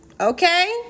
okay